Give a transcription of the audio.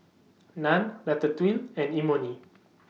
Naan Ratatouille and Imoni